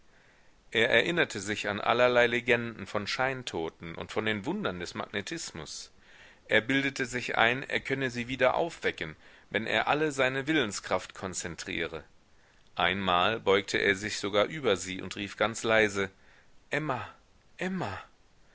er erinnerte sich an allerlei legenden von scheintoten und von den wundern des magnetismus er bildete sich ein er könne sie wieder aufwecken wenn er alle seine willenskraft konzentriere einmal beugte er sich sogar über sie und rief ganz leise emma emma